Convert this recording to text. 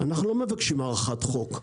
אנחנו לא מבקשים הארכת חוק,